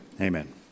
amen